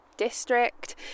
district